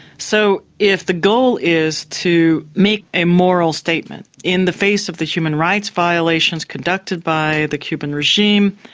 so if the goal is to make a moral statement in the face of the human rights violations conducted by the cuban regime,